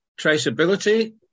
Traceability